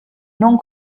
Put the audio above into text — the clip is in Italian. non